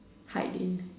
hide in